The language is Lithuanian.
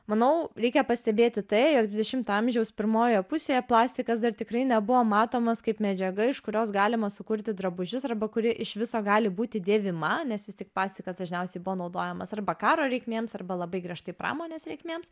manau reikia pastebėti tai jog dvidešimto amžiaus pirmojoje pusėje plastikas dar tikrai nebuvo matomas kaip medžiaga iš kurios galima sukurti drabužius arba kuri iš viso gali būti dėvima nes vis tik plastikas dažniausiai buvo naudojamas arba karo reikmėms arba labai griežtai pramonės reikmėms